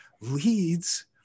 leads